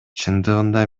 чындыгында